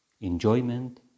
enjoyment